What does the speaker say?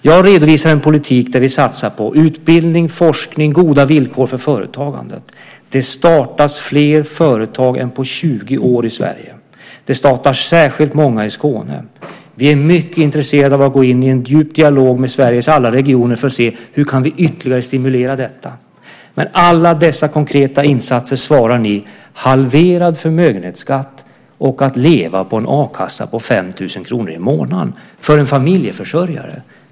Jag redovisar en politik där vi satsar på utbildning, forskning och goda villkor för företagande. Det startas fler företag än på 20 år i Sverige. Det startas särskilt många i Skåne. Vi är mycket intresserade av att gå in i en djup dialog med Sveriges alla regioner för att se hur vi ytterligare kan stimulera detta. Mot alla dessa konkreta insatser svarar ni med halverad förmögenhetsskatt och att leva på en a-kassa på 5 000 kr i månaden för en familjeförsörjare.